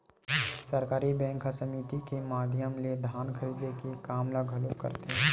सहकारी बेंक ह समिति के माधियम ले धान खरीदे के काम ल घलोक करथे